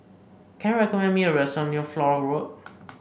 can you recommend me a restaurant near Flora Road